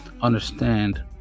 understand